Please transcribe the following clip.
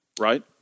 right